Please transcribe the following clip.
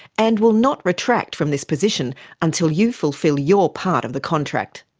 and will not retract from this position until you fulfil your part of the contract.